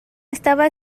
estaba